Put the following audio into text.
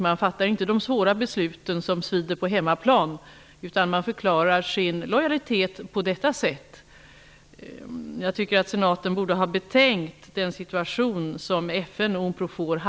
Man fattar ju inte de svåra besluten som svider på hemmaplan utan förklarar sin lojalitet på detta sätt. Senaten borde ha betänkt den situation som FN och